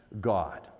God